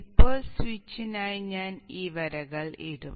ഇപ്പോൾ സ്വിച്ചിനായി ഞാൻ ഈ വരികൾ ഇടും